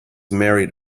married